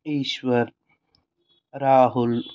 Eshwar Rahul